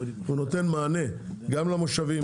הוא נותן מענה גם למושבים,